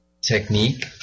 technique